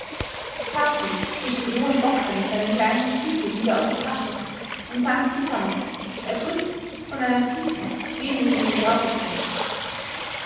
tastend fischte johann bogdn seinen kleinen spiegel wieder aus der tasche und sank zusammen erdrückt von einer tiefen wehmütigen traurigkeit